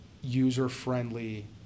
user-friendly